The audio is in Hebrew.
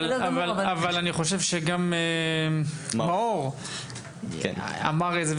אבל אני חושב שגם מאור אמר את זה,